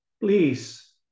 Please